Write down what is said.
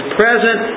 present